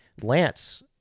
Lance